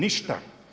Ništa.